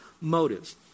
motives